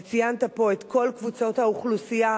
וציינת פה את כל קבוצות האוכלוסייה.